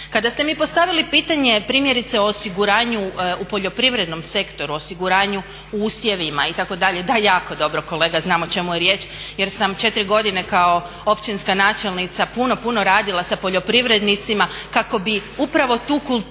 Kada ste mi postavili pitanje primjerice o osiguranju u poljoprivrednom sektoru, o osiguranju usjevima itd. Da jako dobro kolega znam o čemu je riječ, jer sam 4 godine kao općinska načelnica puno, puno radila sa poljoprivrednicima kako bi upravo tu kulturu